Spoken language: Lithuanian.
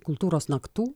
kultūros naktų